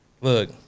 Look